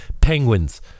penguins